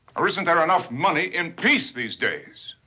or isn't there enough money in peace these days?